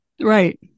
Right